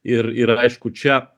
ir yra aišku čia